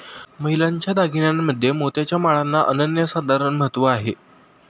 महिलांच्या दागिन्यांमध्ये मोत्याच्या माळांना अनन्यसाधारण महत्त्व आहे